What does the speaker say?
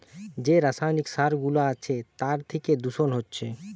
যে রাসায়নিক সার গুলা আছে তার থিকে দূষণ হচ্ছে